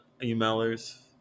emailers